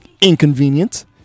inconvenient